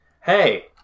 Hey